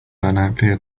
dynamically